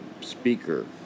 speaker